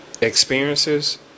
experiences